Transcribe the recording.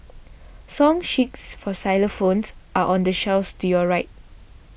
song sheets for xylophones are on the shelf to your right